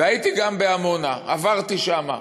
הייתי גם בעמונה, עברתי שם.